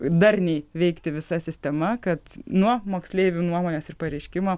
darniai veikti visa sistema kad nuo moksleivių nuomonės ir pareiškimo